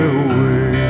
away